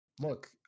Look